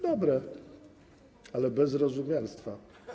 Dobre, ale bez zarozumialstwa.